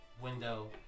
window